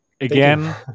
again